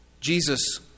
Jesus